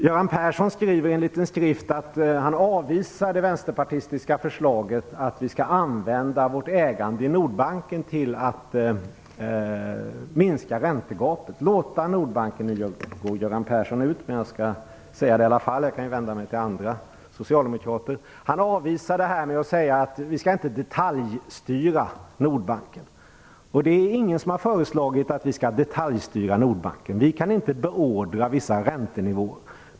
Göran Persson säger i en liten skrift att han avvisar det vänsterpartistiska förslaget att vårt ägande i Nordbanken skall användas till att minska räntegapet. Göran Persson går nu ut ur kammaren, men jag kan vända mig till andra socialdemokrater. Han avvisar förslaget med att säga att vi inte skall detaljstyra Nordbanken. Det är ingen som har föreslagit att vi skall detaljstyra Nordbanken. Vi kan inte beordra vissa räntenivåer.